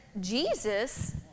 Jesus